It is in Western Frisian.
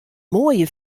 moaie